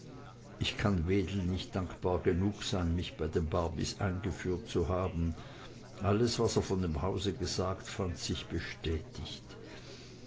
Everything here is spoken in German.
ich kann wedel nicht dankbar genug sein mich bei den barbys eingeführt zu haben alles was er von dem hause gesagt fand ich bestätigt